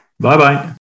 Bye-bye